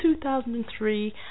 2003